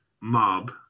mob